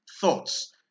thoughts